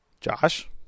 Josh